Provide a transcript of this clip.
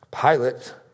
Pilate